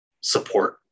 support